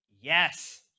Yes